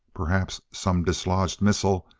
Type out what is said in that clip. perhaps some dislodged missile,